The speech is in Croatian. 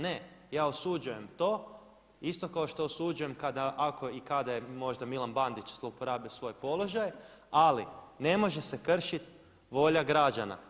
Ne, ja osuđujem to isto kao što osuđujem kada, ako i kada je možda Milan Bandić zlouporabio svoje položaje ali ne može se kršit volja građana.